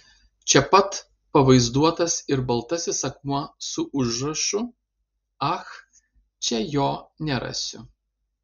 čia pat pavaizduotas ir baltasis akmuo su užrašu ach čia jo nerasiu